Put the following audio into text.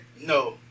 No